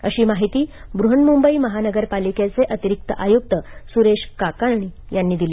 अशी माहिती बृहन्मंबई महानगरपालिकेचे अतिरिक्त आयुक्त सुरेश काकाणी यांनी दिली